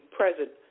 present